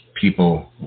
people